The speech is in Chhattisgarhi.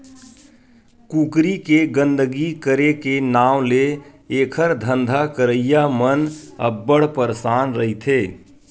कुकरी के गंदगी करे के नांव ले एखर धंधा करइया मन अब्बड़ परसान रहिथे